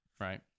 Right